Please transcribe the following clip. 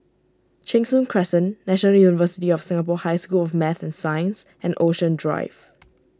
Cheng Soon Crescent National University of Singapore High School of Math and Science and Ocean Drive